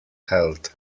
held